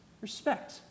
Respect